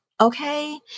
Okay